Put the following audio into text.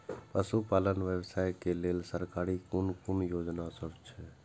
पशु पालन व्यवसाय के लेल सरकारी कुन कुन योजना सब छै?